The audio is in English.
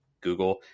Google